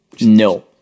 No